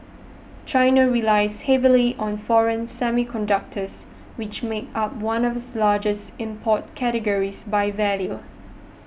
China relies heavily on foreign semiconductors which make up one of its largest import categories by value